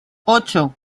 ocho